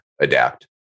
adapt